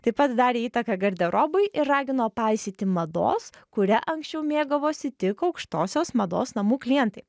taip pat darė įtaką garderobui ir ragino paisyti mados kuria anksčiau mėgavosi tik aukštosios mados namų klientai